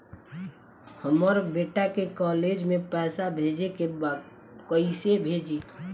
हमर बेटा के कॉलेज में पैसा भेजे के बा कइसे भेजी?